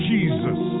Jesus